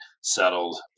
settled